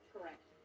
Correct